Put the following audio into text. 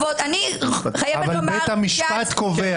אבל בית המשפט קובע.